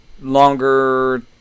longer